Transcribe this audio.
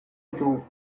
ditugu